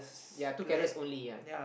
yea two carrots only yea